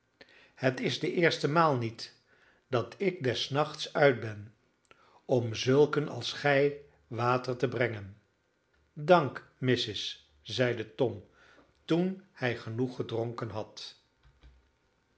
het is de eerste maal niet dat ik des nachts uit ben om zulken als gij water te brengen dank missis zeide tom toen hij genoeg gedronken had